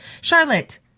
Charlotte